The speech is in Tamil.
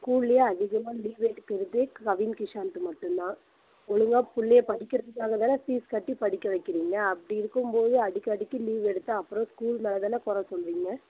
ஸ்கூல்லையே அதிகமாக லீவ் எடுக்கிறதே கவின் கிஷாந்து மட்டும்தான் ஒழுங்காக பிள்ளைய படிக்குறத்துக்காகதானே ஃபீஸ் கட்டி படிக்க வைக்கிறீங்க அப்படி இருக்கும்போது அடிக்கடிக்கு லீவ் எடுத்தால் அப்புறம் ஸ்கூல் மேலதானே குறை சொல்லுவிங்க